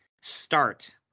start